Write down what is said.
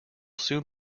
soon